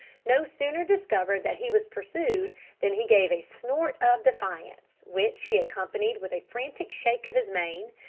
no sooner discovered that he was pursued than he gave a snort of defiance, which he accompanied with a frantic shake of his mane,